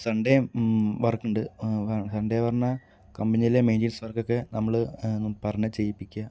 Sunday work ഉണ്ട് സൺഡേന്ന് പറഞ്ഞാൽ കമ്പനീലെ മെയിന്റൈൻസു വർക്കക്കെ നമ്മള് പറഞ്ഞ് ചെയ്യിപ്പിക്കുക